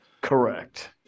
Correct